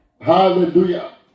Hallelujah